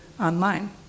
online